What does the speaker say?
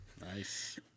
Nice